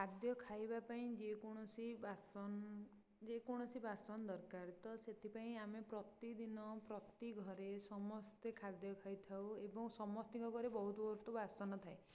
ଖାଦ୍ୟ ଖାଇବା ପାଇଁ ଯେକୌଣସି ବାସନ ଯେକୌଣସି ବାସନ ଦରକାର ତ ସେଥିପାଇଁ ଆମେ ପ୍ରତିଦିନ ପ୍ରତି ଘରେ ସମସ୍ତେ ଖାଦ୍ୟ ଖାଇଥାଉ ଏବଂ ସମସ୍ତଙ୍କ ଘରେ ବହୁତ ବହୁତ ବାସନ ଥାଏ